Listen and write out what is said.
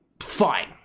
fine